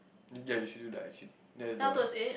yeah you should do the actually that is the